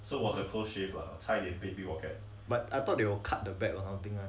but I thought they will cut the bag or something one